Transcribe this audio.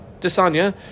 Desanya